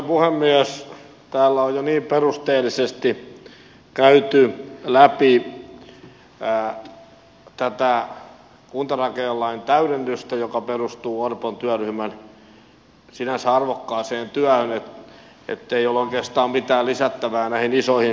täällä on jo niin perusteellisesti käyty läpi tätä kuntarakennelain täydennystä joka perustuu orpon työryhmän sinänsä arvokkaaseen työhön ettei ole oikeastaan mitään lisättävää näihin isoihin kysymyksiin